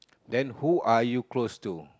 then who are you close to